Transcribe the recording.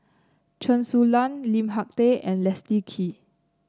Chen Su Lan Lim Hak Tai and Leslie Kee